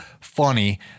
funny